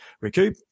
recoup